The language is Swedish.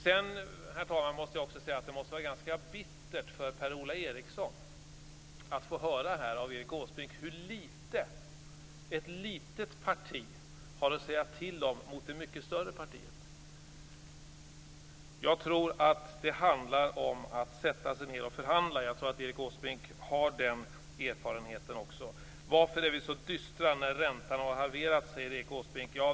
Sedan måste jag också säga att det måste vara ganska bittert för Per-Ola Eriksson att få höra av Erik Åsbrink hur litet ett litet parti har att säga till om mot det mycket större partiet. Jag tror att det handlar om att sätta sig ned och förhandla. Jag tror att Erik Åsbrink har den erfarenheten också. Varför är ni så dystra när räntan har halverats? frågar Erik Åsbrink.